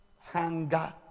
Hunger